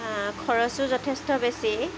খৰচো যথেষ্ট বেছি